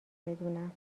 بدونم